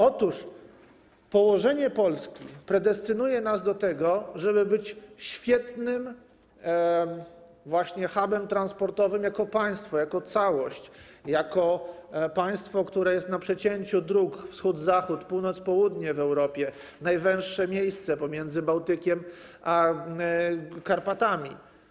Otóż położenie Polski predestynuje nas do tego, żeby być świetnym właśnie hubem transportowym jako państwo, jako całość, jako państwo, które jest na przecięciu dróg wschód - zachód, północ - południe w Europie, najwęższe miejsce pomiędzy Bałtykiem a Karpatami.